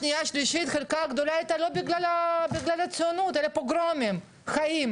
שנייה ושלישית חלקן הגדול לא היה בגלל הציונות אלא בגלל פוגרומים חיים,